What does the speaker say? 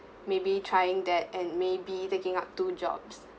maybe trying that and may be taking up two jobs